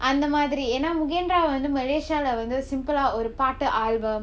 அந்த மாதிரி ஏன்னா:antha maathiri yaenna mugen rao வந்து:vanthu malaysia lah வந்து:vanthu simple ah ஒரு பாட்டு:oru paattu album